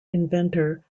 inventor